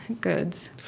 goods